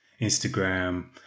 Instagram